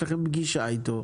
יש לכם פגישה איתו,